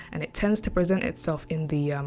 and it tends to present itself in the